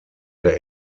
der